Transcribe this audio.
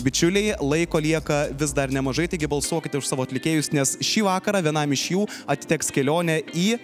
bičiuliai laiko lieka vis dar nemažai taigi balsuokite už savo atlikėjus nes šį vakarą vienam iš jų atiteks kelionė į